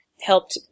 helped